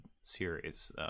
series